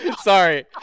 sorry